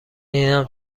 اینم